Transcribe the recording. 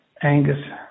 Angus